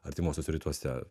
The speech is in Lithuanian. artimuosiuose rytuose